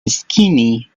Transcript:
skinny